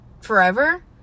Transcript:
forever